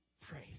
Praise